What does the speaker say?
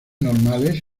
normales